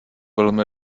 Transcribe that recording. velmi